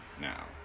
now